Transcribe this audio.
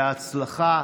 בהצלחה.